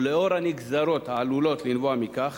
ולאור הנגזרות העלולות לנבוע מכך